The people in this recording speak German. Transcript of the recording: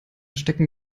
stecken